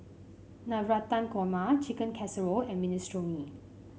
Navratan Korma Chicken Casserole and Minestrone